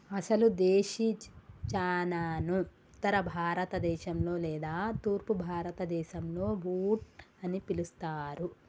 అసలు దేశీ చనాను ఉత్తర భారత దేశంలో లేదా తూర్పు భారతదేసంలో బూట్ అని పిలుస్తారు